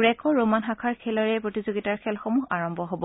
গ্ৰেক Roman শাখাৰ খেলেৰে প্ৰতিযোগিতাৰ খেলসমূহ আৰম্ভ হ'ব